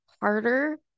harder